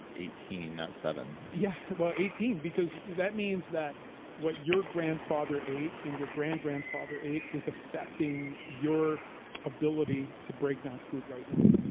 ah eighteen not seven. yeah, well eighteen because that means that what your grandfather ate, and your grand grandfather ate is affecting your ability to break down food right now.